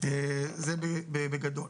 זה בגדול.